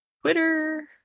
Twitter